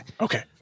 Okay